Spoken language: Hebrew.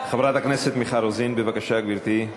חברת הכנסת מיכל רוזין, בבקשה, גברתי,